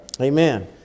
Amen